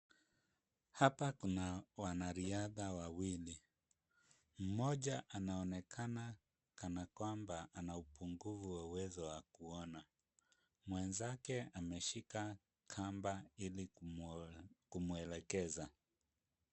Hapa kuna wanariadha wawili. Mmoja anaonekana kana kwamba ana upunguvu wa uwezo wa kuona. Mwenzake ameshika kamba ili kumueleza.